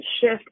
shift